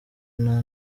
nta